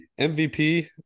MVP